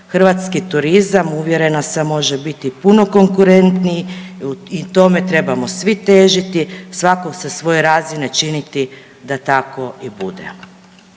Hrvatski turizam uvjerena sam može biti puno konkurentniji i tome trebamo svi težiti, svatko sa svoje razine činiti da tako i bude.